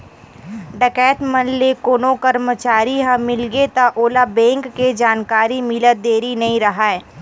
डकैत मन ले कोनो करमचारी ह मिलगे त ओला बेंक के जानकारी मिलत देरी नइ राहय